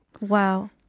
Wow